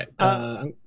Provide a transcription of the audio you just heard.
right